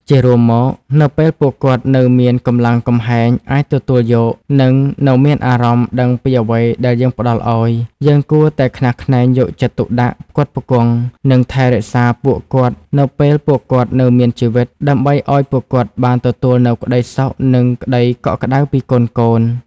ជារួមមក នៅពេលពួកគាត់នៅមានកម្លាំងកំហែង អាចទទួលយក និងនៅមានអារម្មណ៍ដឹងពីអ្វីដែលយើងផ្តល់ឲ្យ យើងគួរតែខ្នះខ្នែងយកចិត្តទុកដាក់ ផ្គត់ផ្គង់ និងថែរក្សាពួកគាត់នៅពេលពួកគាត់នៅមានជីវិត ដើម្បីឲ្យពួកគាត់បានទទួលនូវក្តីសុខ និងក្តីកក់ក្តៅពីកូនៗ។